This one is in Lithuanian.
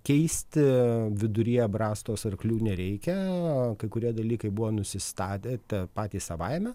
keisti viduryje brastos arklių nereikia o kai kurie dalykai buvo nusistatę patys savaime